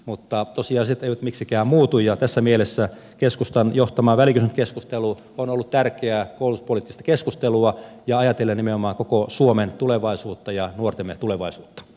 mutta tosiasiat eivät miksikään muutu ja tässä mielessä keskustan johtama välikysymyskeskustelu on ollut tärkeää koulutuspoliittista keskustelua ajatellen nimenomaan koko suomen tulevaisuutta ja nuortemme tulevaisuutta